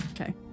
okay